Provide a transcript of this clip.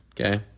Okay